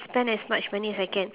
spend as much money as I can